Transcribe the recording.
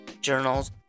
journals